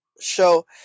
show